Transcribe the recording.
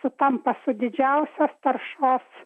sutampa su didžiausios taršos